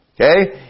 Okay